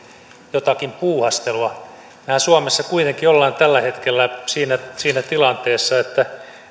jotakin puuhastelua mehän suomessa kuitenkin olemme tällä hetkellä siinä tilanteessa että